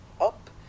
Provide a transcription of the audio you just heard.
up